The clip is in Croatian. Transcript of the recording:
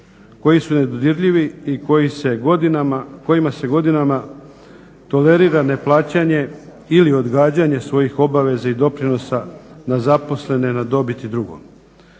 koji se godinama, kojima se godinama tolerira neplaćanje ili odgađanje svojih obaveza i doprinosa na zaposlene, na dobit i drugo.